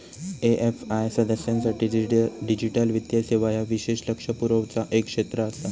AFI सदस्यांसाठी digital वित्तीय सेवा ह्या विशेष लक्ष पुरवचा एक क्षेत्र आसा